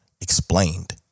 explained